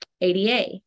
ADA